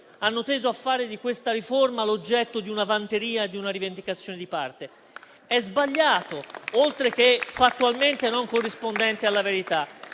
hanno teso a fare di questa riforma l'oggetto di una vanteria e di una rivendicazione di parte. È sbagliato, oltre che fattualmente non corrispondente alla verità.